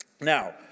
Now